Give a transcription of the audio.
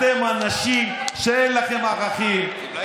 אתם אנשים שאין להם ערכים,